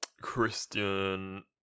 Christian